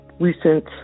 recent